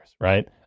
right